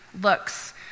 looks